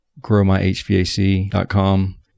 growmyhvac.com